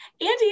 Andy